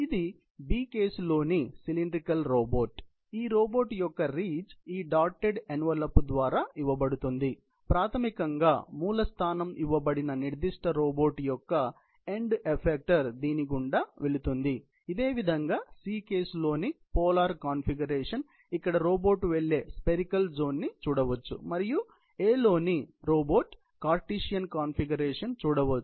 ఇది B case లోని cylindrical robot ఈ రోబోట్ యొక్క రీచ్ ఈ డాటెడ్ ఎన్వలప్ ద్వారా ఇవ్వబడుతుంది ప్రాథమికంగా మూల స్థానం ఇవ్వబడిన నిర్దిష్ట రోబోట్ యొక్క ఎండ్ ఎఫెక్టర్ దీని గుండా వెళుతుంది ఇదేవిధంగా C కేసు లోని పోలార్ కాన్ఫిగరేషన్ ఇక్కడ రోబోటు వెళ్లే స్పేరీకల్ జోన్ నీ చూడవచ్చు మరియు A లోని రోబోట్ కార్టీసియన్ కాన్ఫిగరేషన్ చూడవచ్చు